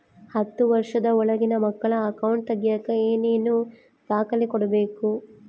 ಹತ್ತುವಷ೯ದ ಒಳಗಿನ ಮಕ್ಕಳ ಅಕೌಂಟ್ ತಗಿಯಾಕ ಏನೇನು ದಾಖಲೆ ಕೊಡಬೇಕು?